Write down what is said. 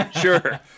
Sure